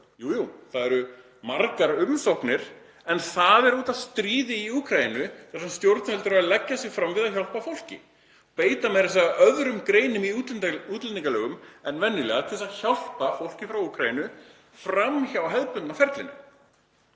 Jú, jú, það eru margar umsóknir en það er út af stríði í Úkraínu þar sem stjórnvöld eru að leggja sig fram við að hjálpa fólki, beita meira að segja öðrum greinum í útlendingalögum en venjulega til að hjálpa fólki frá Úkraínu fram hjá hefðbundna ferlinu.